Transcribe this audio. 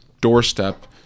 doorstep